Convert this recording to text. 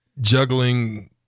juggling